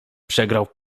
przegrał